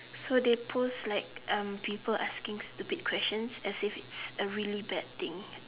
so they post like um people asking stupid questions as if it's a really bad thing